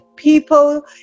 people